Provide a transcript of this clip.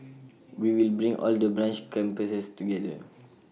we will bring all the branch campuses together